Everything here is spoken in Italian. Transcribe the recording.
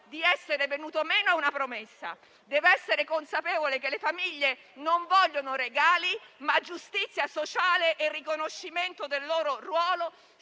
di essere venuto meno a una promessa, e deve essere consapevole che le famiglie non vogliono regali, ma giustizia sociale e riconoscimento del loro ruolo.